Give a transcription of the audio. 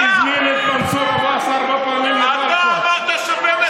אתה, אמרת שבנט יצא.